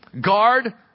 Guard